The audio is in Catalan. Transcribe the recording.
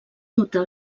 notar